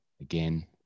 again